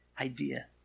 idea